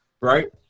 right